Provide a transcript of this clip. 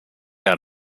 out